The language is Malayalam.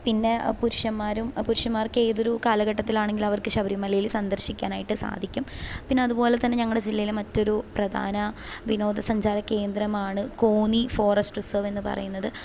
പിന്നെ പുരുഷന്മാരും പുരുഷന്മാർക്ക് ഏതൊരു കാലഘട്ടത്തിലാണങ്കിലും അവർക്ക് ശബരി മലയില് സന്ദർശിക്കാനായിട്ട് സാധിക്കും പിന്നതുപോലെ തന്നെ ഞങ്ങളുടെ ജില്ലയിലെ മറ്റൊരു പ്രധാന വിനോദസഞ്ചാരകേന്ദ്രമാണ് കോന്നി ഫോറെസ്റ്റ് റിസേർവ് എന്ന് പറയുന്നത്